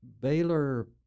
Baylor